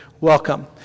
Welcome